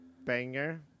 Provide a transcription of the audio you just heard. banger